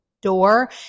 door